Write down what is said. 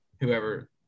whoever